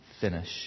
finish